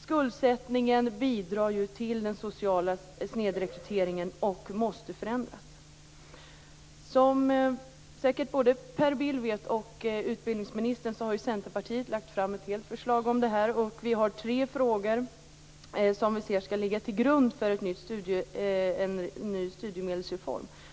Skuldsättningen bidrar till den sociala snedrekryteringen och måste förändras. Som säkert både Per Bill och utbildningsministern vet har Centerpartiet lagt fram ett förslag om detta. Vi har tre frågor som vi anser skall ligga till grund för en ny studiemedelsreform.